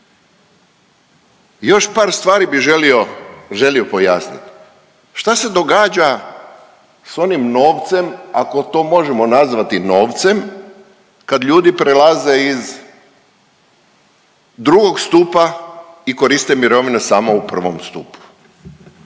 Još par stvari bi želio pojasnit, šta se događa s onim novcem, ako to možemo nazvati novcem, kad ljudi prelaze iz drugog stupa i koriste mirovine samo u prvom stupu,